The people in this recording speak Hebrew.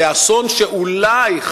באסון שאולי,